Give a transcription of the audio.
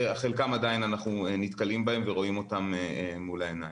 חלקם עדיין אנחנו נתקלים בהם ורואים אותם מול העיניים.